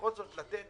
בכל זאת לתת